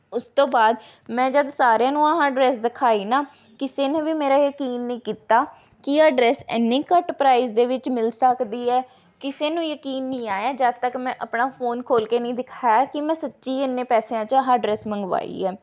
ਉਸ ਤੋਂ ਬਾਅਦ ਮੈਂ ਜਦ ਸਾਰਿਆਂ ਨੂੰ ਆਹ ਡਰੈਂਸ ਦਿਖਾਈ ਨਾ ਕਿਸੇ ਨੇ ਵੀ ਮੇਰਾ ਯਕੀਨ ਨਹੀਂ ਕੀਤਾ ਕਿ ਆਹ ਡਰੈਂਸ ਇੰਨੇ ਘੱਟ ਪਰਾਇਜ ਦੇ ਵਿੱਚ ਮਿਲ ਸਕਦੀ ਹੈ ਕਿਸੇ ਨੂੰ ਯਕੀਨ ਨਹੀਂ ਆਇਆ ਜਦ ਤੱਕ ਮੈਂ ਆਪਣਾ ਫ਼ੋਨ ਖੋਲ੍ਹ ਕੇ ਨਹੀਂ ਦਿਖਾਇਆ ਕਿ ਮੈਂ ਸੱਚੀ ਇੰਨੇ ਪੈਸਿਆਂ 'ਚ ਆਹ ਡਰੈਸ ਮੰਗਵਾਈ ਆ